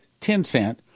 Tencent